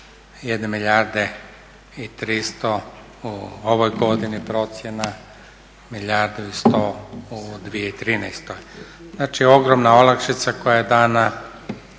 1 milijarde i 300, u ovoj godini procjena milijardu i sto u 2013. Znači, ogromna olakšica koja je dana